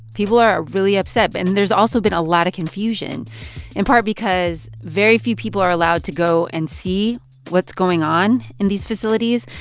people are really upset. and there's also been a lot of confusion in part because very few people are allowed to go and see what's going on in these facilities.